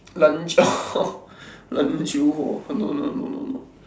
篮球篮球火 no no no no no